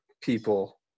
people